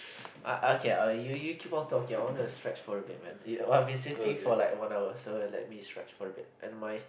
uh okay uh you you keep on talking I wanna stretch for a bit man ye~ I've been sitting for like one hour so let me stretch for a bit and my